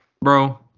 Bro